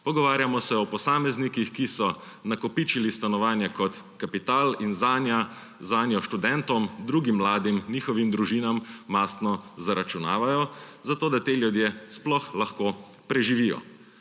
Pogovarjamo se o posameznikih, ki so nakopičili stanovanja kot kapital in zanje študentom, drugim mladim, njihovim družinam mastno zaračunavajo, zato da ti ljudje sploh lahko preživijo.